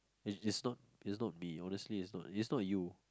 if it's not it's not be honestly it's not it's not you